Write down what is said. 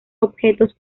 objetos